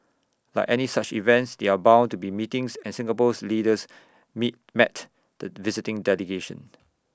like any such events there are bound to be meetings and Singapore's leaders meet met the visiting delegation